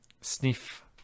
sniff